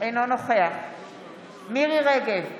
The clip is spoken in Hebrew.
אינו נוכח מירי מרים רגב,